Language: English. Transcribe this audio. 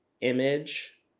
image